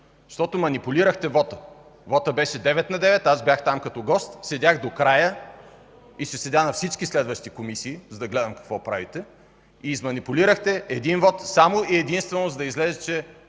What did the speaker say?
защото манипулирахте вота. Вотът беше девет на девет. Аз бях там като гост, седях до края, и ще седя на всички следващи комисии, за да гледам какво правите. Изманипулирахте един вот само и единствено, за да излезе, че